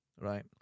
Right